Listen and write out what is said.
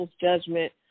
judgment